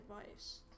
advice